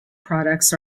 products